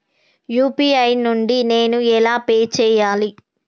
UPI నుండి నేను ఎలా పే చెయ్యాలి?